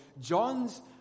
John's